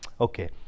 Okay